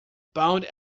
pond